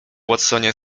watsonie